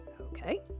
Okay